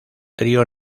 trío